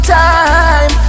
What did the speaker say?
time